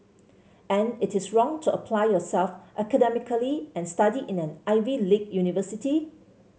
and it is wrong to apply yourself academically and study in an Ivy league university